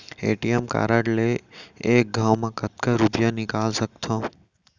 ATM card ले एक घव म कतका रुपिया निकाल सकथव?